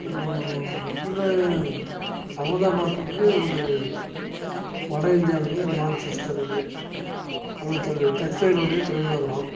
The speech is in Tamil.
இதில் அஹமதாபாத் வந்து ஒரு வடஇந்தியாவிலேயும் மான்செஸ்டர் அது அதில் தொழில் டெக்ஸ்ட்டைல் உடைய தொழில் நகரம்